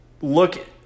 look